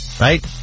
right